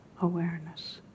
awareness